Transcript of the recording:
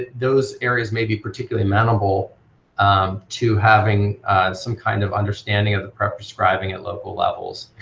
those areas may be particularly amenable to having some kind of understanding of the prep prescribing at local levels.